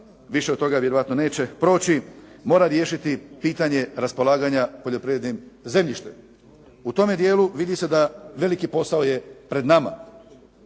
više od toga vjerojatno neće proći, mora riješiti pitanje raspolaganja poljoprivrednim zemljištem. U tome djelu vidi se da je veliki posao pred nama.